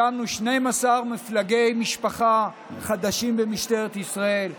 הקמנו 12 מפלגי משפחה חדשים במשטרת ישראל,